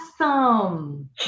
awesome